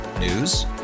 News